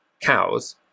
cows